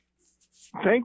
Thank